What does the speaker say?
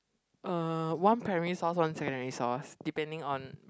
uh one primary source one secondary source depending on